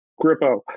Grippo